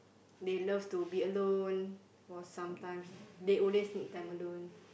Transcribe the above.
they love to be alone for sometime they always need time alone